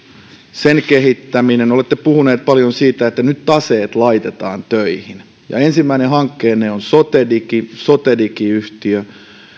sen kehittäminen olette puhuneet paljon siitä että nyt taseet laitetaan töihin ja ensimmäinen hankkeenne on sotedigi sotedigi yhtiö